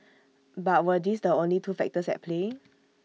but were these the only two factors at play